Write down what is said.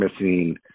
missing